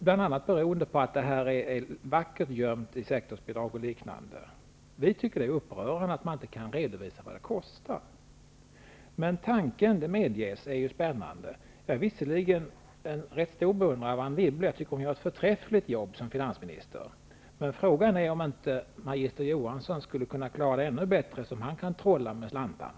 Det beror bl.a. på att kostnaden ligger vackert gömd i sektorsbidrag e.d. Vi tycker att det är upprörande att det inte går att redovisa kostnaden. Men det medges att tanken är spännande. Jag är visserligen en rätt stor beundrare av Anne Wibble, och jag tycker att hon gör ett förträffligt arbete som finansminister. Men frågan är om inte magister Johansson skulla klara arbetet ännu bättre med tanke på hur han kan trolla med slantarna.